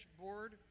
board